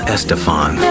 Estefan